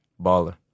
Baller